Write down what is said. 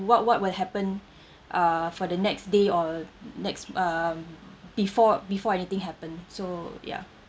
what what will happen uh for the next day or next um before before anything happened so ya